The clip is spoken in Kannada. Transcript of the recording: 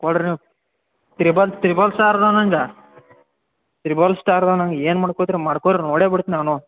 ಕೊಡಿರಿ ನೀವು ತ್ರಿಬಲ್ ತ್ರಿಬಲ್ ಸ್ಟಾರ್ ಇದ್ದಾವ್ ನಂಗೆ ತ್ರಿಬಲ್ ಸ್ಟಾರ್ ಇದ್ದಾವ್ ನಂಗೆ ಏನು ಮಾಡ್ಕೋತೀರ ಮಾಡ್ಕೋರಿ ನೋಡೇ ಬಿಡ್ತ್ನ್ ನಾನು